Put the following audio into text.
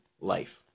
life